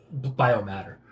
biomatter